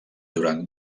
durant